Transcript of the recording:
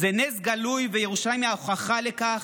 זה נס גלוי, וירושלים היא ההוכחה לכך.